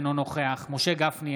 אינו נוכח משה גפני,